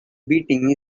beating